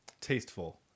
tasteful